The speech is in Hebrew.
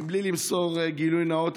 בלי למסור גילוי נאות,